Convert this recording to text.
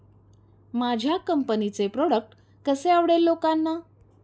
माझ्या कंपनीचे प्रॉडक्ट कसे आवडेल लोकांना?